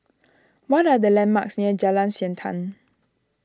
what are the landmarks near Jalan Siantan